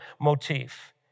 motif